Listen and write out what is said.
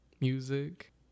music